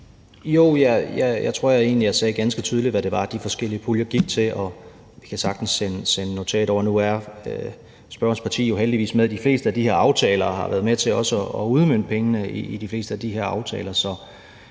tror, jeg egentlig sagde ganske tydeligt, hvad det var, de forskellige puljer gik til, og vi kan sagtens sende et notat over. Nu er spørgerens parti jo heldigvis med i de fleste af de aftaler og har været med til også at udmønte pengene i de fleste af de aftaler,